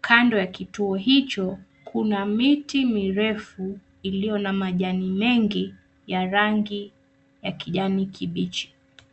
kando ya kituo hicho kuna miti mirefu iliyo na majani mengi ya rangi ya kijani kibichi.